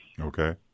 Okay